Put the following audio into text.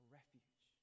refuge